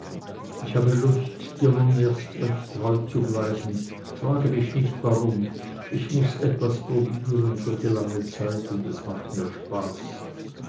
ich habe lust dir nun erst recht treu zu bleiben frage mich nicht warum ich muß etwas probieren für die lange zeit und es macht mir spaß